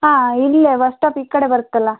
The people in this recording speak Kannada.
ಆಂ ಇಲ್ಲೇ ಬಸ್ ಸ್ಟಾಪ್ ಈ ಕಡೆ ಬರುತ್ತಲ್ಲ